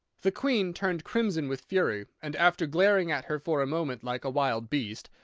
the queen turned crimson with fury, and, after glaring at her for a moment like a wild beast,